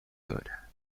dra